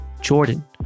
Jordan